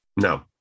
No